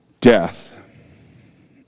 Death